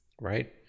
right